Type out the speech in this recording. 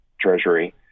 Treasury